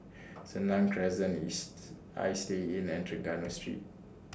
Senang Crescent Istay Inn and Trengganu Street